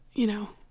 you know,